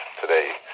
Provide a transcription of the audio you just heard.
today